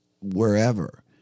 wherever